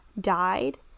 died